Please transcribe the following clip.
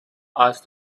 asked